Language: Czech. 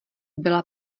byla